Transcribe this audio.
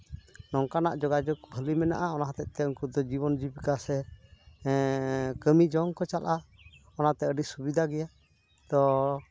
ᱱᱚᱝᱠᱟᱱᱟᱜ ᱡᱳᱜᱟᱡᱳᱜᱽ ᱵᱷᱟᱹᱜᱤ ᱢᱮᱱᱟᱫᱜᱼᱟ ᱚᱱᱟ ᱦᱚᱛᱮᱡᱛᱮ ᱩᱱᱠᱩ ᱫᱚ ᱡᱤᱵᱚᱱ ᱡᱤᱵᱤᱠᱟ ᱥᱮ ᱠᱟᱹᱢᱤ ᱡᱚᱝ ᱠᱚ ᱪᱟᱞᱟᱜᱼᱟ ᱚᱱᱟᱛᱮ ᱟᱹᱰᱤ ᱥᱩᱵᱤᱫᱟ ᱜᱮᱭᱟ ᱛᱚ